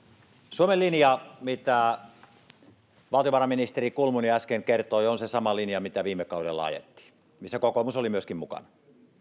suomen linja mistä valtiovarainministeri kulmuni äsken kertoi on se sama linja mitä viime kaudella ajettiin missä kokoomus oli myöskin mukana